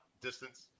Distance